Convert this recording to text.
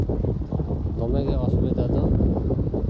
ᱫᱚᱢᱮᱜᱮ ᱚᱥᱩᱵᱤᱫᱷᱟ ᱫᱚ